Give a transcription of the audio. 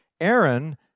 Aaron